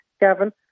Gavin